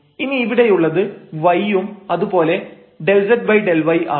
ഇനി ഇവിടെയുള്ളത് y ഉം അതുപോലെ ∂z∂y ആണ്